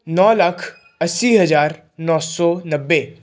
ਨੌਂ ਲੱਖ ਅੱਸੀ ਹਜ਼ਾਰ ਨੌਂ ਸੌ ਨੱਬੇ